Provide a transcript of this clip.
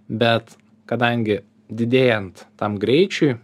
bet kadangi didėjant tam greičiui